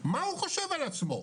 מה הוא חושב על עצמו?